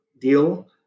deal